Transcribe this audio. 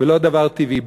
ולא דבר טבעי.